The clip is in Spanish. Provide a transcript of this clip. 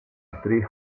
actriz